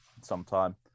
sometime